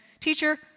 Teacher